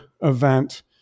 event